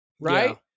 right